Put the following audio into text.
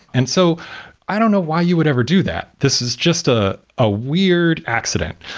and so i don't know why you would ever do that. this is just a ah weird accident.